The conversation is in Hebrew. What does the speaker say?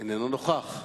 איננו נוכח.